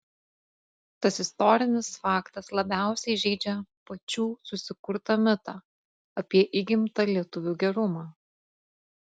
tas istorinis faktas labiausiai žeidžia pačių susikurtą mitą apie įgimtą lietuvių gerumą